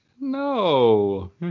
No